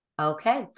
Okay